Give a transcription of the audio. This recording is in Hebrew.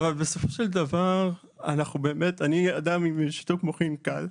אני אדם עם שיתוק מוחין קל.